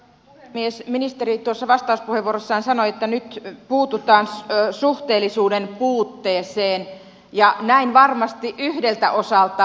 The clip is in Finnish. ministeri tuossa vastauspuheenvuorossaan sanoi että nyt puututaan suhteellisuuden puutteeseen ja näin varmasti yhdeltä osalta